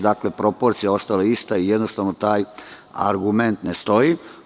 Dakle, proporcija je ostala ista, jednostavno taj argument ne stoji.